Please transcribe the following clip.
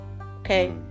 okay